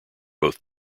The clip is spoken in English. both